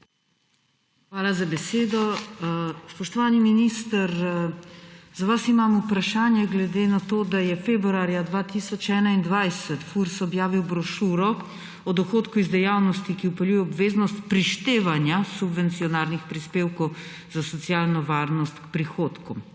Hvala za besedo. Spoštovani minister, za vas imam vprašanje glede na to, da je februarja 2021 Furs objavil Brošuro o dohodku iz dejavnosti, ki vpeljuje obveznost prištevanja subvencioniranih prispevkov za socialno varnost k prihodkom.